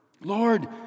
Lord